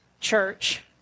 church